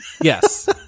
Yes